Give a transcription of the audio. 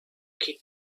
kid